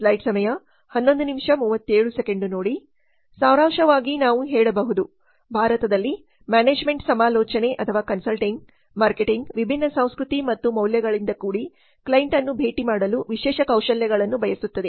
ಸಾರಾಂಶವಾಗಿ ನಾವು ಹೇಳಬಹುದು ಭಾರತದಲ್ಲಿ ಮ್ಯಾನೇಜ್ಮೆಂಟ್ ಸಮಾಲೋಚನೆ ಕನ್ಸಲ್ಟಿಂಗ್ ಮಾರ್ಕೆಟಿಂಗ್ ವಿಭಿನ್ನ ಸಂಸ್ಕೃತಿ ಮತ್ತು ಮೌಲ್ಯಗಳಿಂದ ಕೂಡಿ ಕ್ಲೈಂಟ್ ಅನ್ನು ಭೇಟಿ ಮಾಡಲು ವಿಶೇಷ ಕೌಶಲ್ಯಗಳನ್ನು ಬಯಸುತ್ತದೆ